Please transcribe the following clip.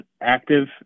active